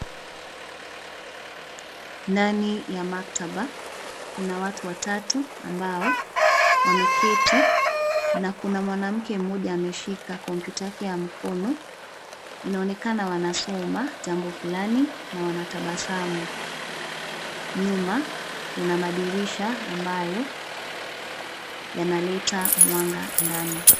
Ndani ya maktaba, kuna watu watatu ambao wameketi na kuna mwanamke mmoja ameshika kompyuta yake ya mkono, inaonekana wanasoma jambo fulani na wanatabasamu, nyuma, kuna madirisha ambayo yanaleta mwanga ndani.